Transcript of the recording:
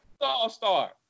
All-Star